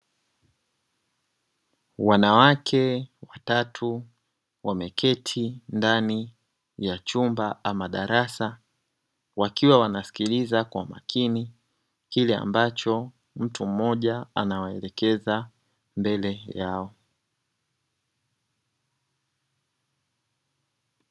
Wanawake watatu wameketi ndani ya chumba ama darasa, wakiwa wanasikiliza kwa makini kile ambacho mtu mmoja anawaelekeza mbele yao.